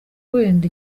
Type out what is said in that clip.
wenda